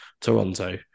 Toronto